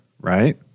right